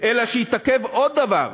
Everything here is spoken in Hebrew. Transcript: אלא שהתעכב עוד דבר,